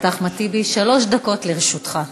שלוש דקות לרשותך.